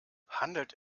handelt